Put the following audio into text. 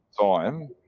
time